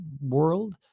world